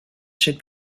should